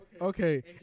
Okay